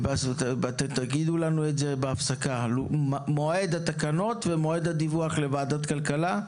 תגידו לנו בהפסקה מה מועד התקנות ומה מועד הדיווח לוועדת הכלכלה,